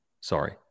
Sorry